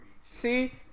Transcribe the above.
See